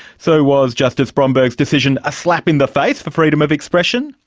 so was justice bromberg's decision a slap in the face for freedom of expression,